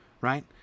right